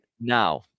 Now